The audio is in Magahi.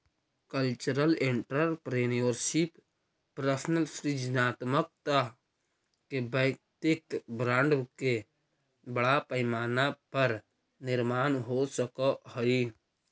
कल्चरल एंटरप्रेन्योरशिप में पर्सनल सृजनात्मकता के वैयक्तिक ब्रांड के बड़ा पैमाना पर निर्माण हो सकऽ हई